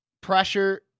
Pressure